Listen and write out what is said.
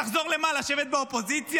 תחזור למה, לשבת באופוזיציה?